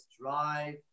drive